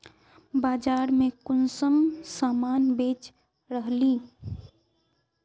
बाजार में कुंसम सामान बेच रहली?